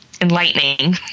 Enlightening